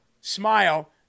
Smile